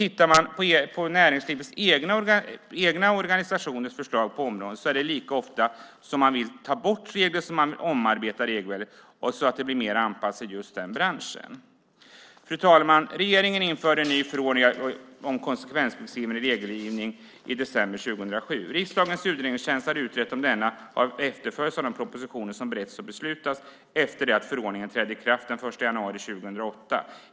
I näringslivets egna organisationers förslag på områden är det lika ofta man vill ta bort regler som man vill omarbeta regelverk så att de blir bättre anpassade till just den branschen. Fru talman! Regeringen införde en ny förordning om konsekvensbeskrivning vid regelgivning i december 2007. Riksdagens utredningstjänst har utrett om denna efterföljs i de propositioner som har beretts och beslutats efter att förordningen trädde i kraft den 1 januari 2008.